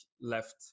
left